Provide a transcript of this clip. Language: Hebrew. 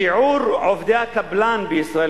שיעור עובדי הקבלן בישראל,